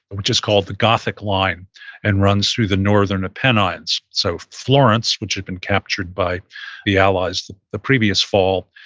but which is called the gothic line and runs through the northern apennines. so florence, which had been captured by the allies the the previous fall,